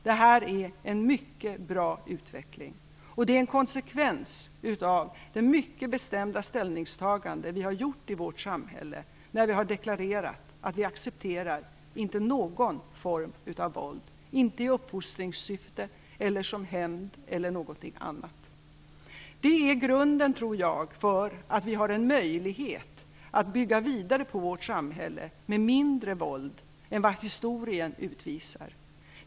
Detta är en mycket bra utveckling, och det är en konsekvens av samhällets bestämda ställningstagande, där vi har deklarerat att vi inte accepterar någon form av våld, varken i uppfostringssyfte, som hämnd eller något annat. Det är grunden för vår möjlighet att bygga vidare på vårt samhälle med mindre inslag av våld än vad historien hittills har visat.